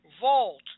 Vault